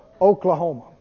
Oklahoma